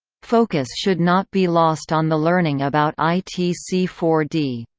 focus should not be lost on the learning about i t c four d.